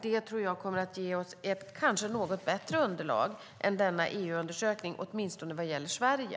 Det kommer att ge oss ett kanske något bättre underlag än denna EU-undersökning, åtminstone vad gäller Sverige.